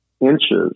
inches